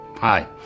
Hi